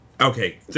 Okay